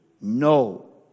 no